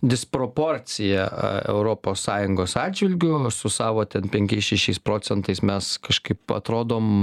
disproporcija a europos sąjungos atžvilgiu su savo ten penkiais šešiais procentais mes kažkaip atrodom